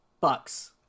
Bucks